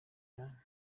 cyane